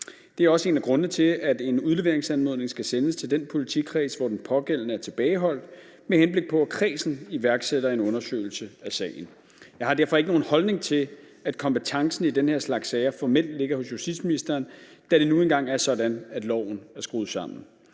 Det er også en af grundene til, at en udleveringsanmodning skal sendes til den politikreds, hvor den pågældende er tilbageholdt, med henblik på at kredsen iværksætter en undersøgelse af sagen. Jeg har derfor ikke nogen holdning til, at kompetencen i den her slags sager formelt ligger hos justitsministeren, da det nu engang er sådan, at loven er skruet sammen.